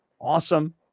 Awesome